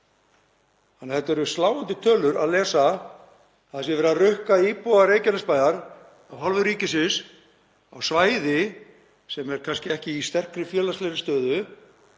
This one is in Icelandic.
lóðarleigu. Þetta eru sláandi tölur að lesa, að það sé verið að rukka íbúa Reykjanesbæjar af hálfu ríkisins á svæði sem er kannski ekki í sterkri félagslegri stöðu.